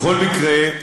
בכל מקרה,